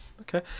Okay